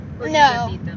No